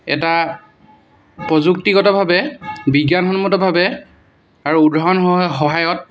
এটা প্ৰযুক্তিগতভাৱে বিজ্ঞানসন্মতভাৱে আৰু উদাহৰণ সহায়ত